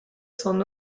son